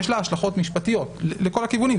יש לה השלכות משפטיות לכל הכיוונים.